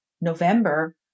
November